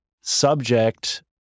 subject